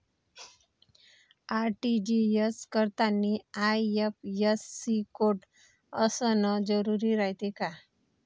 RTGS करतांनी IFSC code असन जरुरी रायते का?